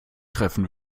treffen